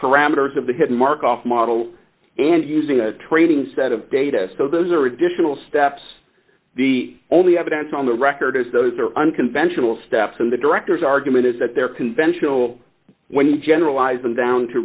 parameters of the hidden mark off model and using a training set of data so those are additional steps the only evidence on the record is those are unconventional steps and the directors argument is that they're conventional when you generalize them down to